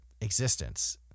existence